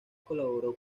colaboró